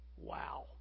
Wow